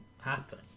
happen